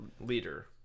leader